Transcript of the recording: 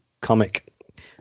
comic